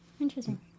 Interesting